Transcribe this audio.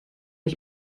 ich